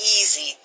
easy